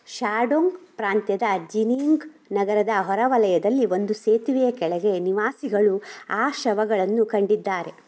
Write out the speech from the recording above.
Shandong ಪ್ರಾಂತ್ಯದ Jining ನಗರದ ಹೊರವಲಯದಲ್ಲಿ ಒಂದು ಸೇತುವೆಯ ಕೆಳಗೆ ನಿವಾಸಿಗಳು ಆ ಶವಗಳನ್ನು ಕಂಡಿದ್ದಾರೆ